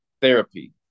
therapy